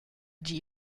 die